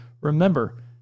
remember